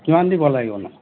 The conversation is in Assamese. কিমান দিব লাগিবনো